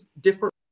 different